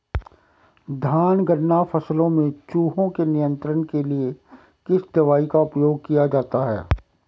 धान गन्ना आदि फसलों में चूहों के नियंत्रण के लिए किस दवाई का उपयोग किया जाता है?